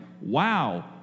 wow